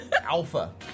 Alpha